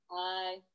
Hi